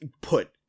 put